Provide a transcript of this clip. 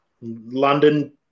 London